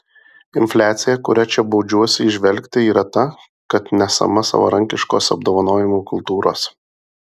infliacija kurią čia baudžiuosi įžvelgti yra ta kad nesama savarankiškos apdovanojimų kultūros